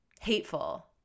hateful